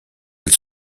elle